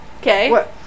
Okay